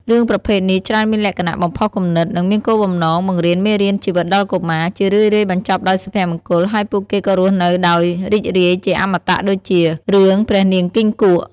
រឿងប្រភេទនេះច្រើនមានលក្ខណៈ បំផុសគំនិត និងមានគោលបំណងបង្រៀនមេរៀនជីវិតដល់កុមារ ជារឿយៗបញ្ចប់ដោយសុភមង្គល ហើយពួកគេក៏រស់នៅដោយរីករាយជាអមតៈដូចជា រឿងព្រះនាងគង្គីក់ ។